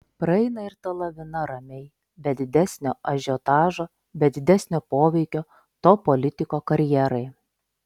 praeina ir ta lavina ramiai be didesnio ažiotažo be didesnio poveikio to politiko karjerai